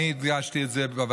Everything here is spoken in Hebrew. אני הדגשתי את זה בוועדה,